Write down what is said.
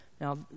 Now